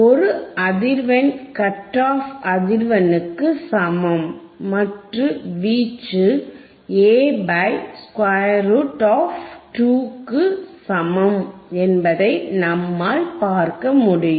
ஒரு அதிர்வெண் cut off அதிர்வெண்ணுக்கு சமம் மற்றும் வீச்சு A pi square root of 2 க்கு சமம் என்பதை நம்மால் பார்க்க முடியும்